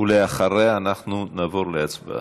אחריה אנחנו נעבור להצבעה.